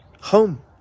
home